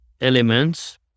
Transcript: elements